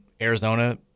Arizona